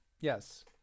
Yes